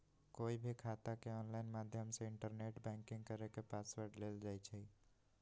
कोई भी खाता के ऑनलाइन माध्यम से इन्टरनेट बैंकिंग करके पासवर्ड लेल जाई छई